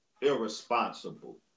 Irresponsible